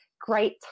great